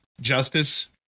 justice